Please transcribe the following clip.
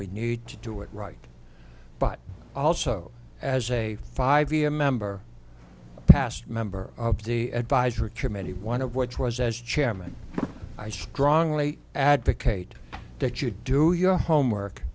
we need to do it right but also as a five year member past member of the advisory committee one of which was as chairman i strongly advocate that you do your homework